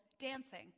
dancing